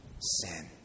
sin